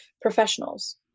professionals